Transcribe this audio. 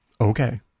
Okay